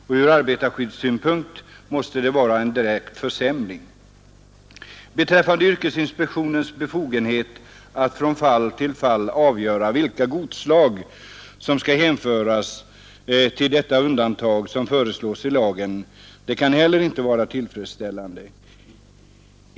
Från arbetarskyddssynpunkt måste det vara en direkt försämring. Yrkesinspektionens befogenhet att från fall till fall avgöra vilka godsslag, som skall hänföras till det undantag som föreslås i lagen, kan heller inte vara tillfredsställande.